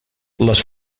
les